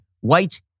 white